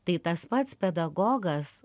tai tas pats pedagogas